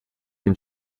can